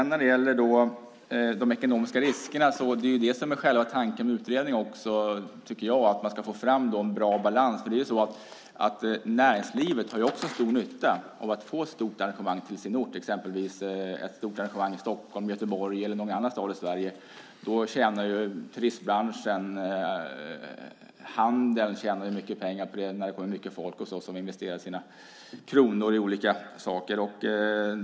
När det gäller de ekonomiska riskerna är väl själva tanken med utredningen att få fram en bra balans. Näringslivet på en ort har också stor nytta av om orten får ett stort arrangemang. Det kan vara i Stockholm, Göteborg eller i någon annan stad i Sverige. Turistbranschen tjänar på det, och handeln tjänar mycket pengar på att det kommer mycket folk som investerar sina kronor i olika saker.